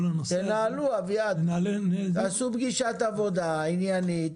תנהלו, אביעד, תעשו פגישת עבודה עניינית,